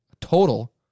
total